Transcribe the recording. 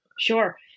Sure